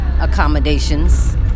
accommodations